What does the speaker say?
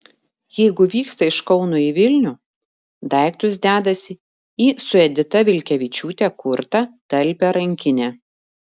jeigu vyksta iš kauno į vilnių daiktus dedasi į su edita vilkevičiūte kurtą talpią rankinę